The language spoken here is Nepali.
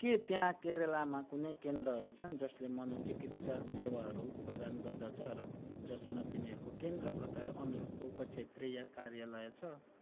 के त्यहाँ केरेलामा कुनै केन्द्रहरू छन् जसले मनोचिकित्सा सेवाहरू प्रदान गर्दछ र जसमा तिनीहरूको केन्द्र प्रकार अनुरूपको उपक्षेत्रीय कार्यालय छ